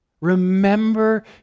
Remember